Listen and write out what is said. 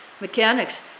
Mechanics